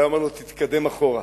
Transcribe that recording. הוא היה אומר לו: תתקדם אחורה.